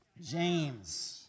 James